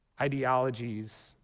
Ideologies